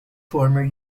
former